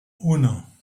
uno